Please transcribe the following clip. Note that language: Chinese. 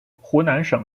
湖南省